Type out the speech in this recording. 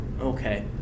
okay